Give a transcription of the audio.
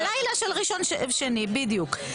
בלילה בין יום ראשון ליום שני, בדיוק.